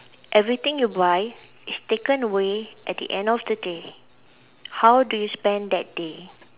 everything you buy is taken away at the end of the day how do you spend that day